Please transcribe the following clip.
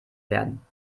werden